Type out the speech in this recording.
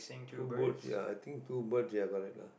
two boat ya I think two birds ya correctly lah